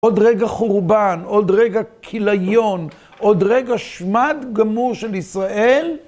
עוד רגע חורבן, עוד רגע כיליון, עוד רגע שמד גמור של ישראל.